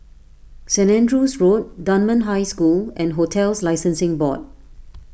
Saint Andrew's Road Dunman High School and Hotels Licensing Board